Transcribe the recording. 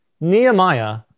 Nehemiah